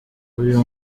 uyu